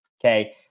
okay